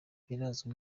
birazwi